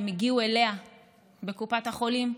הם הגיעו אליה בקופת החולים,